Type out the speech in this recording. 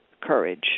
courage